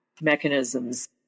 mechanisms